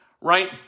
right